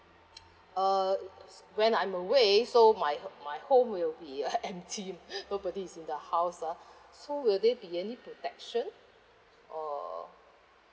uh when I'm away so my my home will be empty nobody is in the house ah so will there any protection or